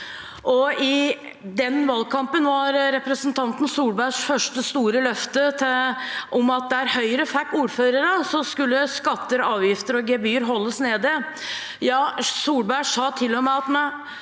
I den valgkampen var representanten Solbergs første store løfte at der Høyre fikk ordførere, skulle skatter, avgifter og gebyrer holdes nede. Solberg sa til og med at